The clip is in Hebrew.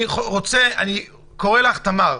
אני קורא לך, תמר,